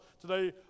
Today